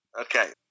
Okay